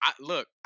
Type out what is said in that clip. look